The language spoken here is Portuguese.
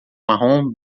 marrom